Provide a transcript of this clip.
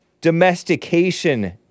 domestication